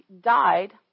died